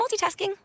multitasking